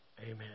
amen